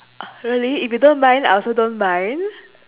really if you don't mind I also don't mind